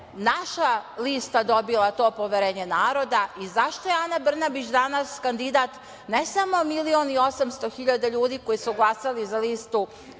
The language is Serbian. naša lista dobila to poverenje naroda i zašto je Ana Brnabić danas kandidat ne samo 1.800.000 ljudi koji su glasali za listu